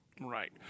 Right